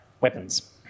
weapons